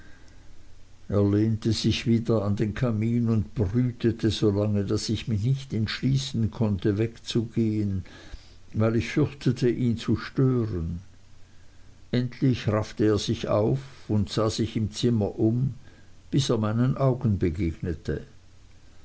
lehnte sich wieder an den kamin und brütete so lange daß ich mich nicht entschließen konnte wegzugehen weil ich fürchtete ihn zu stören endlich raffte er sich auf und sah sich im zimmer um bis er meinen augen begegnete